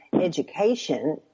education